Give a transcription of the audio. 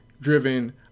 Driven